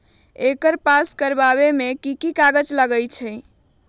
एकर पास करवावे मे की की कागज लगी?